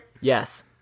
Yes